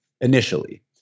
initially